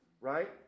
right